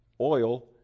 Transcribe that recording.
oil